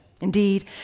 Indeed